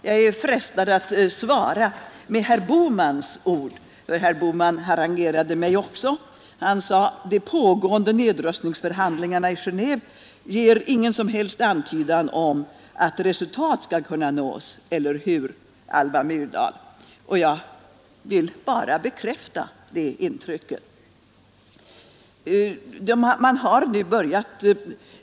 Jag är frestad att svara med herr Bohmans ord, för herr Bohman harangerade mig också. Han sade: ”De pågående nedrustningsförhandlingarna i Genåve ger för närvarande inte heller någon som helst antydan om resultat inom överskådlig tid — eller hur, statsrådet Alva Myrdal?” Jag vill bara bekräfta det intrycket.